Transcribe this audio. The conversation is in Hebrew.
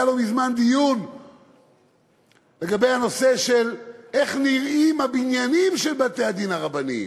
היה לא מזמן דיון על הנושא של איך נראים הבניינים של בתי-הדין הרבניים.